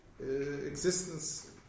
Existence